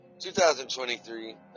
2023